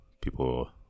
people